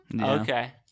Okay